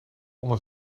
onder